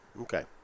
Okay